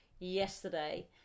yesterday